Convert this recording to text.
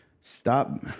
stop